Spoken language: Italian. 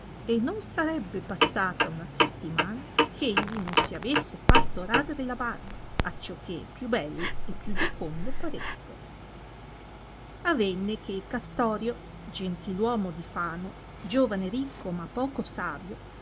e non sarebbe passata una settimana eh egli non si avesse fatto radere la barba acciò che più bello e più giocondo paresse avenne che castorio gentil uomo di fano giovane ricco ma poco savio